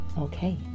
Okay